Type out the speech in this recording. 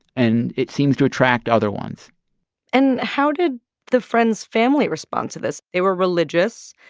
and it seems to attract other ones and how did the friend's family respond to this? they were religious.